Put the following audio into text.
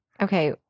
Okay